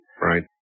right